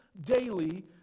daily